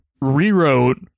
rewrote